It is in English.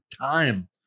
time